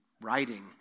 writing